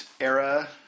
era